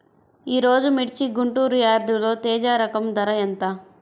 ఈరోజు మిర్చి గుంటూరు యార్డులో తేజ రకం ధర ఎంత?